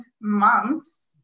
months